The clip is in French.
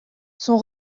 son